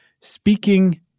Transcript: speaking